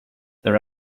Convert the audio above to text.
there